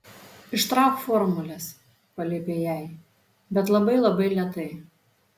ištrauk formules paliepė jai bet labai labai lėtai